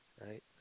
right